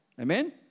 Amen